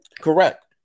Correct